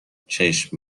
چشم